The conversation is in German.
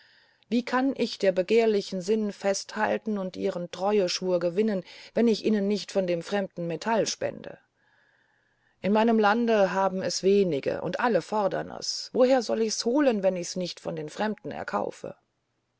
wie kann ich der begehrlichen sinn festhalten und ihren treuschwur gewinnen wenn ich ihnen nicht von dem fremden metall spende in meinem lande haben es wenige und alle fordern es woher soll ich's holen wenn ich's nicht von den fremden erkaufe